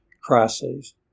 crises